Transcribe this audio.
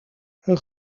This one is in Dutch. een